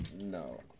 No